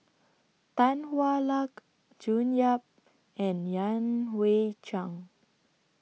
Tan Hwa Luck June Yap and Yan Hui Chang